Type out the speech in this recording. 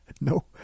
No